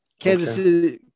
Kansas